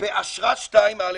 באשרת 2(א)5.